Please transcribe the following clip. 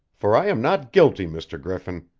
for i am not guilty, mr. griffin!